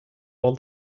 all